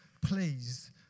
please